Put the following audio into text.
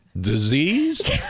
disease